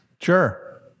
Sure